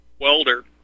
welder